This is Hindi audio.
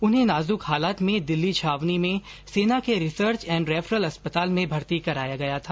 उन्हें नाजुक हालत में दिल्ली छावनी में र्सना के रिसर्च एंड रेफरल अस्पताल में भर्ती कराया गया था